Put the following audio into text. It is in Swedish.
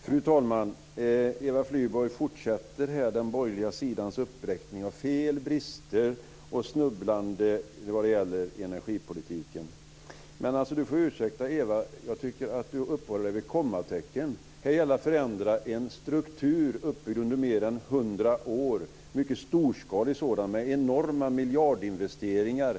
Fru talman! Eva Flyborg fortsätter den borgerliga sidans uppräkning av fel, brister och snubblanden vad gäller energipolitiken. Eva får ursäkta, men jag tycker att hon uppehåller sig vid kommatecken. Här gäller att förändra en struktur uppbyggd under mer än hundra år, en mycket storskalig sådan med enorma miljardinvesteringar.